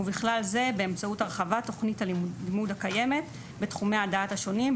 ובכלל זה באמצעות הרחבת תוכנית הלימוד הקיימת בתחומי הדעת השונים,